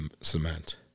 cement